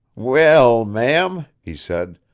we-ell, ma'am, he said,